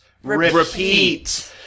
Repeat